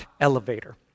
elevator